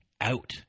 out